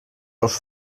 ous